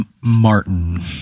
Martin